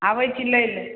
अबै छी लैलए